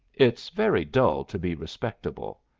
it's very dull to be respectable.